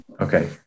Okay